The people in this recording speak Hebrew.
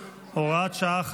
שעה,